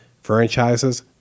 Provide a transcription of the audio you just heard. franchises